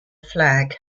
flag